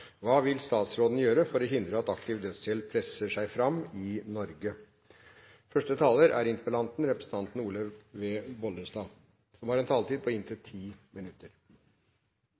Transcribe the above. Hva kan vi gjøre for å hindre at kravet om aktiv dødshjelp presser seg fram i Norge? Hva kan vi gjøre? For vi er